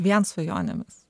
vien svajonėmis